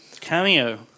Cameo